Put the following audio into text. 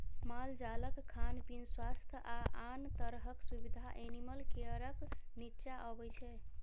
मालजालक खान पीन, स्वास्थ्य आ आन तरहक सुबिधा एनिमल केयरक नीच्चाँ अबै छै